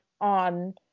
on